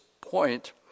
point